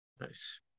Nice